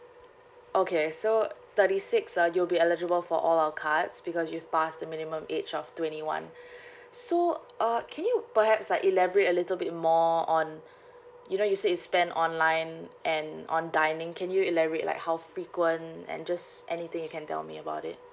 okay so thirty six uh you'll be eligible for all our cards because you've passed the minimum age of twenty one so uh can you perhaps like elaborate a little bit more on you know you said you spend online and on dining can you elaborate like how frequent and just anything you can tell me about it